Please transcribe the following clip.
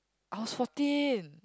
I was fourteen